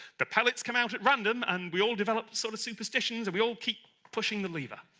the pellets come out at random and we all develop sort of superstitions and we all keep pushing the lever.